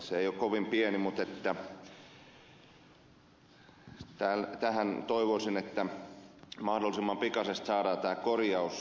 se ei ole kovin pieni ja toivoisin että mahdollisimman pikaisesti tähän saadaan tämä korjaus